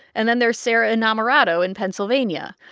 and then there's sara innamorato in pennsylvania.